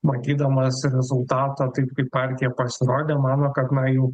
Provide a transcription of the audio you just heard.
matydamas rezultatą taip kaip partija pasirodė mano kad na jau